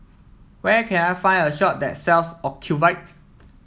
where can I find a shop that sells Ocuvite